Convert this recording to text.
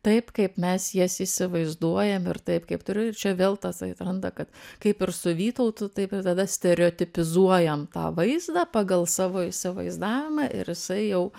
taip kaip mes jas įsivaizduojam ir taip kaip turiu ir čia vėl tas atranda kad kaip ir su vytautu taip ir tada stereotipizuojam tą vaizdą pagal savo įsivaizdavimą ir jisai jau